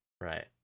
Right